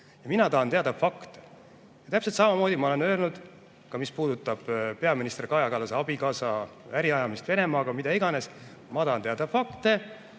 Mina tahan teada fakte. Ja täpselt samamoodi ma olen öelnud, mis puudutab peaminister Kaja Kallase abikaasa äriajamist Venemaaga, mida iganes, ma tahan teada fakte.